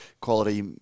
quality